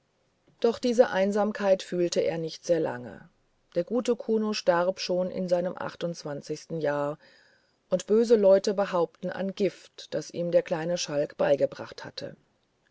doch diese einsamkeit fühlte er nicht sehr lange der gute kuno starb schon in seinem jahr und böse leute behaupten an gift das ihm der kleine schalk beigebracht hatte